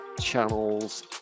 channels